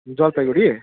Jalpaiguri